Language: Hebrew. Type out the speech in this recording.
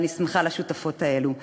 ואני שמחה על השותפות האלו.